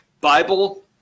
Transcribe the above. Bible